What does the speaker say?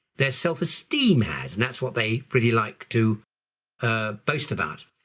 their self-esteem has and that's what they really like to ah boast about.